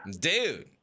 dude